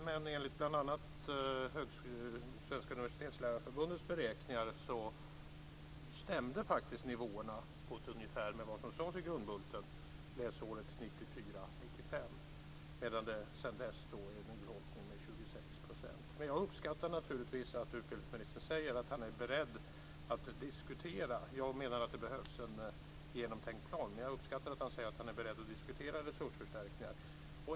Men enligt bl.a. Svenska universitetslärarförbundets beräkningar stämde faktiskt nivåerna för läsåret 1994-1995 på ett ungefär med vad som sades i Grundbulten. Sedan dess har det skett en urholkning med 26 %. Jag uppskattar naturligtvis att utbildningsministern säger att han är beredd att diskutera resursförstärkningar. Jag menar att det behövs en genomtänkt plan.